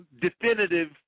definitive